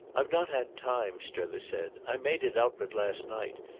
i've not had time, strether said i made it out but last night,